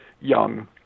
young